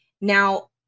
Now